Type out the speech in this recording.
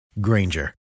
Granger